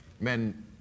Men